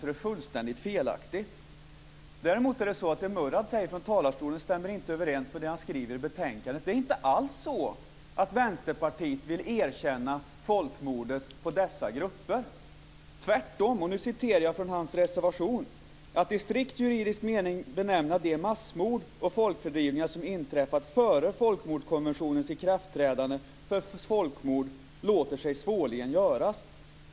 Däremot stämmer inte det Murad Artin säger från talarstolen överens med det han har skrivit i betänkandet. Det är inte alls så att Vänsterpartiet vill erkänna folkmordet på dessa grupper. Tvärtom. Jag citerar från Murad Artins reservation: "Att i strikt juridisk mening benämna de massmord och folkfördrivningar som inträffat före folkmordskonventionens ikraftträdande, för folkmord låter sig svårligen göras.